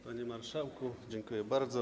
Panie marszałku, dziękuję bardzo.